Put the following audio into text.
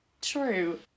True